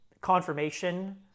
confirmation